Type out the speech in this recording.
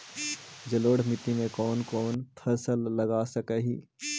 जलोढ़ मिट्टी में कौन कौन फसल लगा सक हिय?